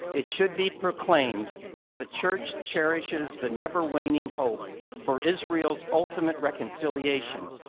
it should be proclaimed that the church cherishes the never waning hope for israel's ultimate reconciliation,